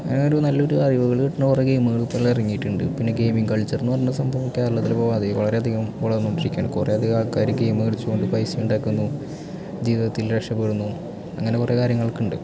അങ്ങനെ ഒരു നല്ല ഒരു അറിവുകൾ കിട്ടുന്ന കുറേ ഗെയിമുകൾ ഇപ്പോൾ ഇറങ്ങിയിട്ടുണ്ട് പിന്നെ ഗെയിമിംഗ് കൾച്ചർ എന്ന് പറഞ്ഞ സംഭവം കേരളത്തിൽ ഇപ്പം അധികം വളരെ അധികം വളർന്നു കൊണ്ടിരിക്കുകയാണ് കുറേ അധികം ആൾക്കാർ ഗെയിമ് കളിച്ചു കൊണ്ട് പൈസ ഉണ്ടാക്കുന്നു ജീവിതത്തിൽ രക്ഷപ്പെടുന്നു അങ്ങനെ കുറേ കാര്യങ്ങൾ ഒക്കെ ഉണ്ട്